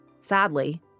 Sadly